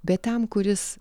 bet tam kuris